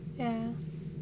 ya